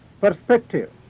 perspective